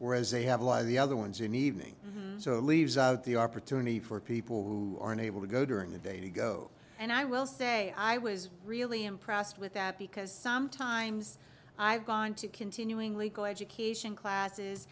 whereas they have a lie the other ones in evening leaves out the opportunity for people who are unable to go during the day to go and i will say i was really impressed with that because some times i've gone to continuing legal education classes